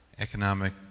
economic